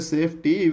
Safety